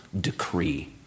decree